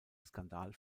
skandal